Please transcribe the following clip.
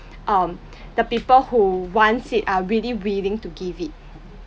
um the people who wants it are really willing to give it